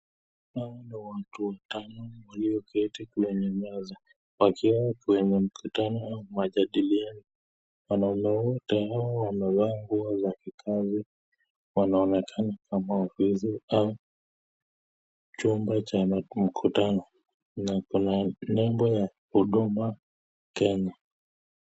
Hawa ni watu tano walioketi kwenye meza wakiwa kwenye mkutano wa majadiliano, naona wote wamevaa nguo za kikazi wanaonekana kama ofisi yao au chumba cha mkutano na kuna nembo ya Huduma Kenya.